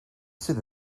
sydd